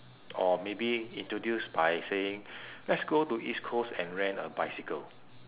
or maybe introduce by saying let's go to east coast and rent a bicycle